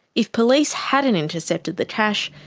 if police hadn't intercepted the cash,